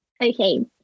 Okay